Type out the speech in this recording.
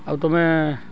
ଆଉ ତୁମେ